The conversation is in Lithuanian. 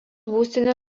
būstinė